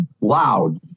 loud